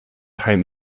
home